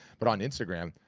but on instagram,